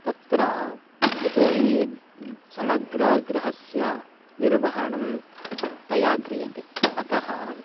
तत्र यतो हि समग्रगृहस्य निर्वहणं तया क्रियते अतः